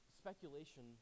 speculation